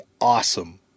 awesome